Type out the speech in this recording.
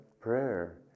prayer